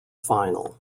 final